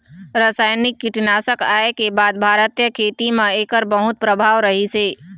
रासायनिक कीटनाशक आए के बाद भारतीय खेती म एकर बहुत प्रभाव रहीसे